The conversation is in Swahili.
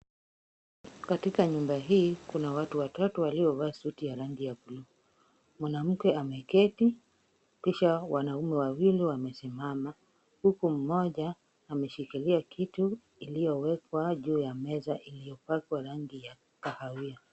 Katika nyumba hii, kuna watu waliovaa suti ya rangi ya buluu. Mwanamke ameketi kisha wanaume wawili wamesimama, huku mmoja ameshikilia kitu kilichowekwa juu ya meza iliyopakwa rangi ya kahawia.